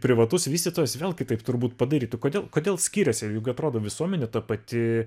privatus vystytojas vėl kitaip turbūt padarytų kodėl kodėl skiriasi juk atrodo visuomenė ta pati